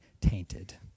tainted